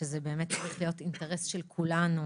שזה באמת צריך להיות אינטרס של כולנו,